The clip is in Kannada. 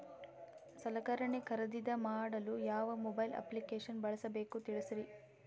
ಸಲಕರಣೆ ಖರದಿದ ಮಾಡಲು ಯಾವ ಮೊಬೈಲ್ ಅಪ್ಲಿಕೇಶನ್ ಬಳಸಬೇಕ ತಿಲ್ಸರಿ?